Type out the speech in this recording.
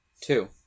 two